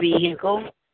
vehicle